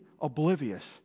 oblivious